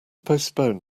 postpone